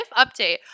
update